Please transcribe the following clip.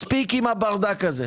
מספיק עם הברדק הזה.